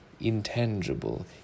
intangible